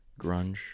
Grunge